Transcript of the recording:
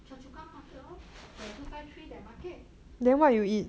choa chu kang market while the two five three that market